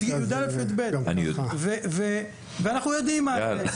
י"א-י"ב ואנחנו יודעים מה זה,